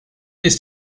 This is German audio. ist